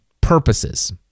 purposes